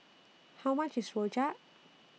How much IS Rojak